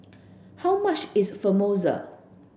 how much is Samosa